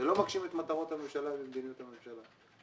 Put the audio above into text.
זה לא מגשים את מטרות הממשלה ומדיניות הממשלה.